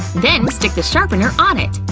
then stick the sharpener on it.